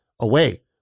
away